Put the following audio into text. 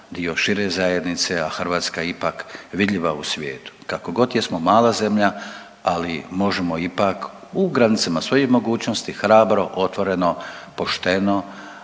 dio šire zajednice, a Hrvatska je ipak vidljiva u svijetu. Kakogod jesmo mala zemlja, ali možemo ipak u granicama svojih mogućnosti hrabro, otvoreno, pošteno